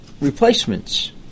replacements